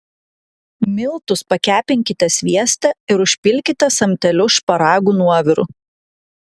miltus pakepinkite svieste ir užpilkite samteliu šparagų nuoviru